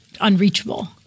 unreachable